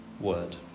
word